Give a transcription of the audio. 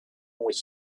with